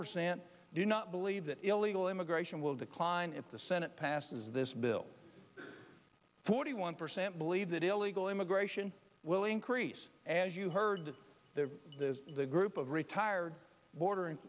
percent do not believe that illegal immigration will decline if the senate passes this bill forty one percent believe that illegal immigration will increase as you heard the group of retired border